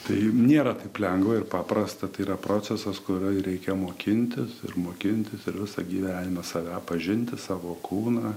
tai nėra taip lengva ir paprasta tai yra procesas kurio reikia mokintis ir mokintis ir visą gyvenimą save pažinti savo kūną